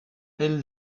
elle